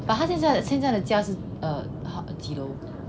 but 他那个现在的家是 err 很高的吗